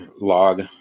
log